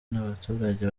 n’abaturage